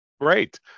Great